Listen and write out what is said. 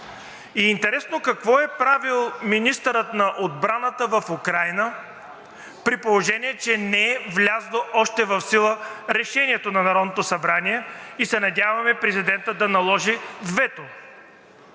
Интересно какво е правил министърът на отбраната в Украйна, при положение че още не е влязло в сила Решението на Народното събрание? Надяваме се президентът да наложи вето.